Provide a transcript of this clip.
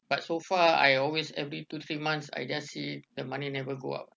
but so far I always every two three months I just see the money never go up